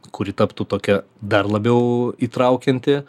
kuri taptų tokia dar labiau įtraukianti